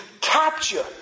capture